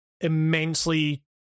immensely